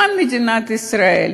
למען מדינת ישראל.